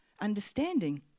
understanding